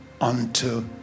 unto